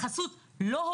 לתורים של האזרחים,